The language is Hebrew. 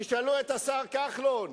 תשאלו את השר כחלון,